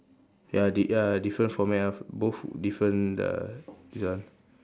ya did ya different from me ah both different the this one